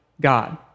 God